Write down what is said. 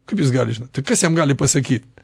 kaip jis gali žinot tai kas jam gali pasakyt